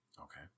Okay